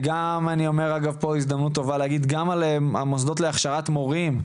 וגם על המוסדות להכשרת מורים,